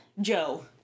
Joe